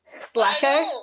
Slacker